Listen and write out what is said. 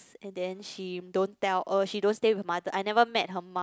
and then she don't tell uh she don't stay with her mother I never met her mum